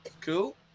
Cool